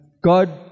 God